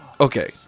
Okay